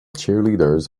cheerleaders